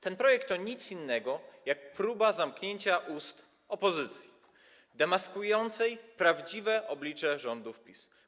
Ten projekt to nic innego jak próba zamknięcia ust opozycji demaskującej prawdziwe oblicze rządów PiS-u.